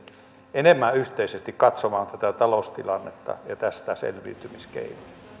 enemmän yhteisesti katsomaan tätä taloustilannetta ja tästä selviytymisen